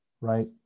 right